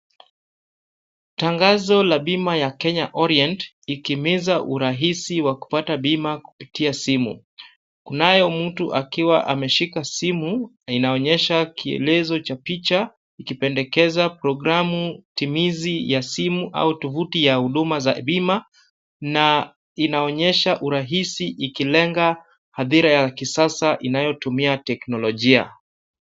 Tangazo la bima la Kenya orient ,ikihimiza urahisi wa kupata bima kupitia simu. Kunaye mtu akiwa ameshika simu, na inaonyesha kielezo cha picha ikipendekeza programu timizi ya simu au tuvuti ya huduma za bima, na inaonyesha urahisi ikilenga hadhira ya kisasa inayotumia teknologia.